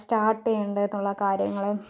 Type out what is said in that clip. start ചെയ്യേണ്ടേ എന്നുള്ള കാര്യങ്ങള്